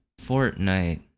Fortnite